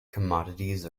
commodities